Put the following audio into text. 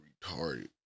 retarded